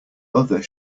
other